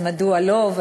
אז מדוע לא?